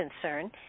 concern